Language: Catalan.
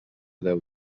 deu